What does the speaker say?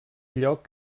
lloc